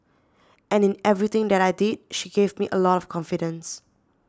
and in everything that I did she gave me a lot of confidence